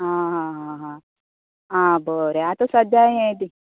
आं हां हां हां हां आं बरें आतां सध्या हे दी